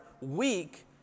weak